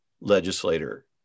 legislator